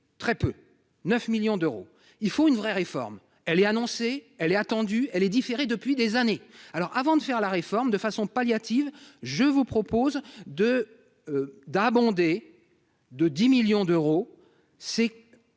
très peu 9 millions d'euros, il faut une vraie réforme, elle est annoncée, elle est attendue, elle est différée depuis des années, alors avant de faire la réforme de façon palliative, je vous propose de d'abonder de 10 millions d'euros